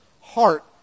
heart